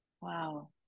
Wow